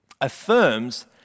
affirms